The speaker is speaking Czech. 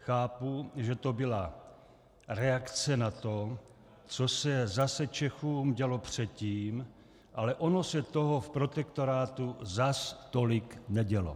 Chápu, že to byla reakce na to, co se zase Čechům dělo předtím, ale ono se toho v protektorátu zas tolik nedělo.